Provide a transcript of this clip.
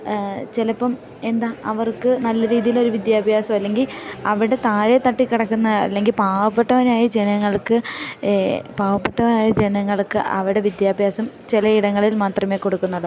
ചിലപ്പം എന്താ അവർക്ക് നല്ല രീതിയിലൊരു വിദ്യാഭ്യാസം അല്ലെങ്കിൽ അവിടെ താഴെ തട്ടിൽ കിടക്കുന്ന അല്ലെങ്കിൽ പാവപ്പെട്ടവരായ ജനങ്ങൾക്ക് പാവപ്പെട്ടവരായ ജനങ്ങൾക്ക് അവിടെ വിദ്യാഭ്യാസം ചിലയിടങ്ങളിൽ മാത്രമേ കൊടുക്കുന്നുള്ളൂ